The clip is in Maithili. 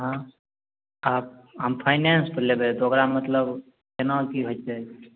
आ हम फाइनेन्स पर लेबै तऽ ओकरा मतलब केना की होइ छै